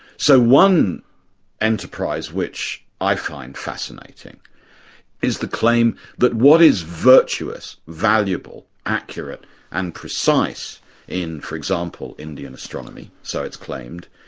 so one enterprise which i find fascinating is the claim that what is virtuous, valuable, accurate and precise in, for example, indian astronomy, so it's claimed,